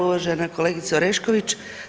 Uvažena kolegice Orešković.